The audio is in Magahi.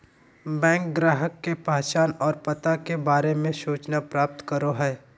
बैंक ग्राहक के पहचान और पता के बारे में सूचना प्राप्त करो हइ